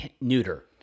neuter